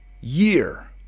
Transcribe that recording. year